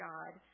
God